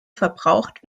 verbraucht